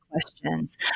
questions